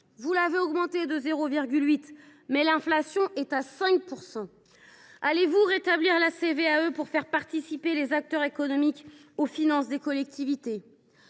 Vous l’avez augmentée de 0,8 %, mais l’inflation est à 5 %! Rétablirez vous la CVAE pour faire participer les acteurs économiques aux finances des collectivités ?